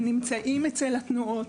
נמצאים אצל התנועות.